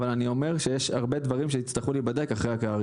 אבל אני אומר שיהיו הרבה דברים שיצטרכו להיבדק אחרי הקריאה הראשונה.